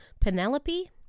Penelope